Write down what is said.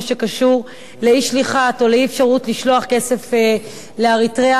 שקשור לאי-שליחת או לאי-אפשרות לשלוח כסף לאריתריאה,